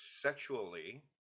sexually